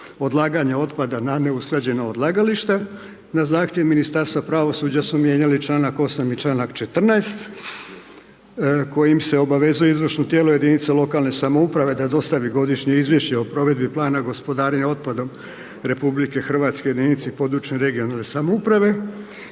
odlaganja otpada na neusklađena odlagališta. Na zahtjev Ministarstva pravosuđa smo mijenjali članak 8. i članak 14. kojim se obavezuje izvršno tijelo jedinica lokalne samouprave da dostavi godišnje izvješće o provedbi plana gospodarenja otpadom RH jedinici područne (regionalne) samouprave.